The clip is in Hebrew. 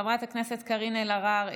חברת הכנסת קארין אלהרר,